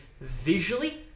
visually